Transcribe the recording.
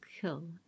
kill